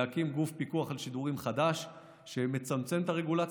להקים גוף פיקוח חדש על שידורים שמצמצם את הרגולציה,